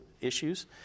issues